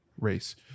race